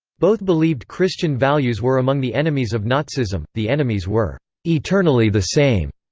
both believed christian values were among the enemies of nazism the enemies were eternally the same,